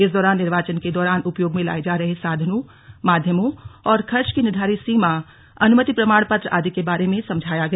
इस दौरान निर्वाचन के दौरान उपयोग में लाये जा रहे साधनों माध्यमों और खर्च की निर्धारित सीमा अनुमति प्रमाण पत्र आदि के बारे में समझाया गया